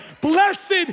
Blessed